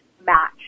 match